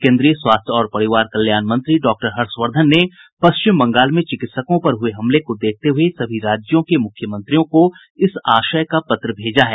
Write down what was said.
केंद्रीय स्वास्थ्य और परिवार कल्याण मंत्री डॉक्टर हर्षवर्धन ने पश्चिम बंगाल में चिकित्सकों पर हुए हमले को देखते हुए सभी राज्यों के मुख्यमंत्रियों को इस आशय का पत्र भेजा है